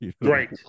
Right